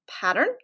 pattern